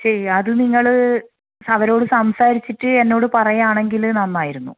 ചെയ്യാം അത് നിങ്ങള് അവരോട് സംസാരിച്ചിട്ട് എന്നോട് പറയണമെങ്കില് നന്നായിരുന്നു